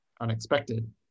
unexpected